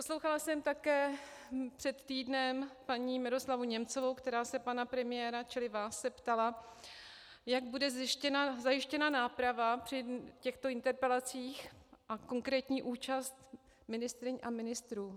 Poslouchala jsem také před týdnem paní Miroslavu Němcovou, která se pana premiéra, čili vás, ptala, jak bude zajištěna náprava při těchto interpelacích a konkrétní účast ministryň a ministrů.